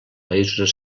països